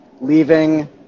leaving